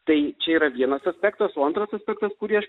tai čia yra vienas aspektas o antras aspektas kurį aš